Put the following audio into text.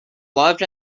loved